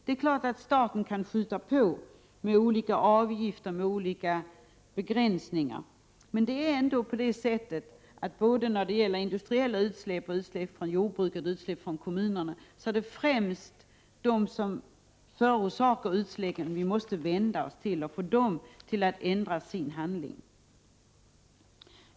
Det är klart att staten kan skjuta på genom olika avgifter och olika begränsningar, men såväl i fråga om industriella utsläpp och utsläpp från jordbruket som i fråga om utsläpp från kommunerna är det främst till dem som förorsakar utsläppen som vi måste vända oss, så att de ändrar sin hantering.